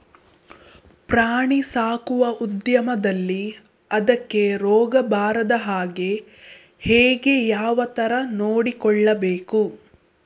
ಪ್ರಾಣಿ ಸಾಕುವ ಉದ್ಯಮದಲ್ಲಿ ಅದಕ್ಕೆ ರೋಗ ಬಾರದ ಹಾಗೆ ಹೇಗೆ ಯಾವ ತರ ನೋಡಿಕೊಳ್ಳಬೇಕು?